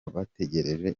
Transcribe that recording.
bategereje